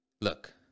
Look